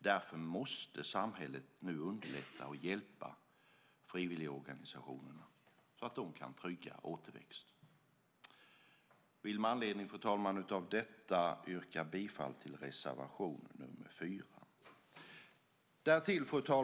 Därför måste samhället nu underlätta och hjälpa frivilligorganisationerna så att de kan trygga återväxten. Med anledning av detta, fru talman, vill jag yrka bifall till reservation 4.